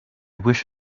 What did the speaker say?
wish